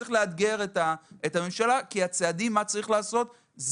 צריך לאתגר את הממשלה כי הצעדים ידועים.